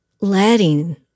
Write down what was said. letting